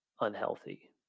unhealthy